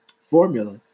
formula